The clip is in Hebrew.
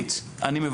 גברתי, אני מבקש.